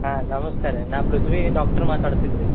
ಹಾಂ ನಮಸ್ಕಾರ ರೀ ನಾ ಪೃಥ್ವಿ ಡಾಕ್ಟ್ರ್ ಮಾತಾಡ್ತಿದ್ದು ರೀ